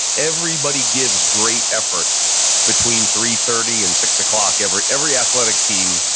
everybody gives great effort between three thirty and six o'clock every every athletic team,